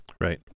Right